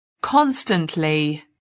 constantly